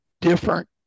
different